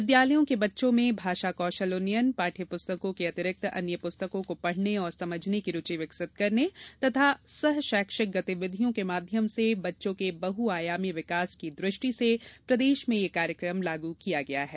विद्यालयों के बच्चों में भाषा कौशल उन्नयन पाठ्य पुस्तकों के अतिरिक्त अन्य पुस्तकों को पढ़ने समझने की रुचि विकसित करने और सह शैक्षिक गतिविधियों के माध्यम से बच्चों के बहु आयामी विकास की दृष्टि से प्रदेश में यह कार्यक्रम लागू किया गया है